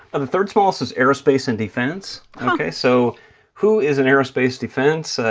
the third-smallest is aerospace and defense. ok, so who is in aerospace defense?